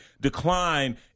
decline